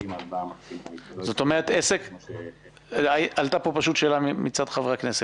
מחזור --- עלתה פה שאלה מצד חברי הכנסת: